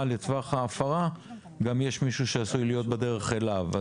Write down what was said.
לטווח ההפרה גם יש מישהו שעשוי להיות בדרך אליו.